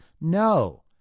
No